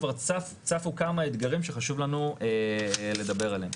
כבר צפו כמה אתגרים שחשוב לנו לדבר עליהם.